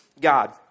God